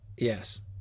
Yes